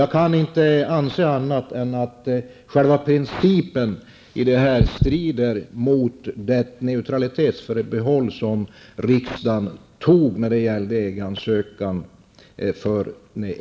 Jag kan inte anse annat än att själva principen i detta strider mot det neutralitetsförbehåll som riksdagen antog för ett år sedan när det gällde EG ansökan.